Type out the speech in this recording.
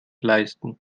leisten